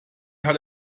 hat